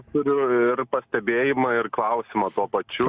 turiu ir pastebėjimą ir klausimą tuo pačiu